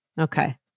Okay